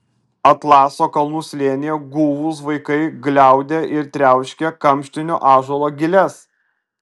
atlaso kalnų slėnyje guvūs vaikai gliaudė ir triauškė kamštinio ąžuolo giles